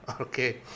Okay